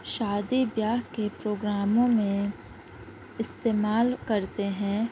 شادی بیاہ کے پروگراموں میں استعمال کرتے ہیں